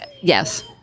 Yes